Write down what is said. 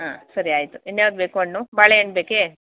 ಹಾಂ ಸರಿ ಆಯಿತು ಇನ್ಯಾವ್ದು ಬೇಕು ಹಣ್ಣು ಬಾಳೆ ಹಣ್ ಬೇಕೆ